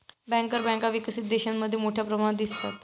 banker बँका विकसित देशांमध्ये मोठ्या प्रमाणात दिसतात